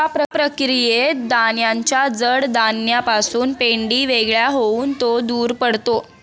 या प्रक्रियेत दाण्याच्या जड दाण्यापासून पेंढा वेगळा होऊन तो दूर पडतो